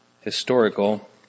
historical